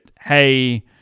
hey